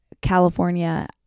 California